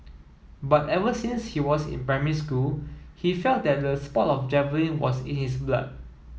but ever since he was in primary school he felt that the sport of javelin was it is blood